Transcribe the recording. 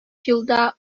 елда